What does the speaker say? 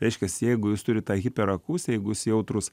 reiškias jeigu jūs turit tą hiperakusiją jeigu jūs jautrūs